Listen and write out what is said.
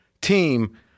team